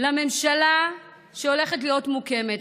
לממשלה שהולכת להיות מוקמת.